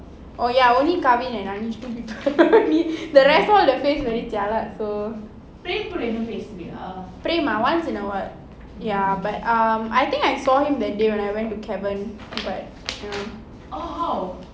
oh ya only karvin and anish two people the rest all the face very jialat so prem ah once in a while ya but um I think I